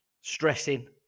stressing